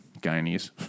Guyanese